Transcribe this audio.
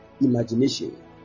imagination